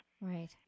Right